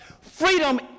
freedom